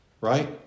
right